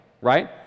right